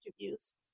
interviews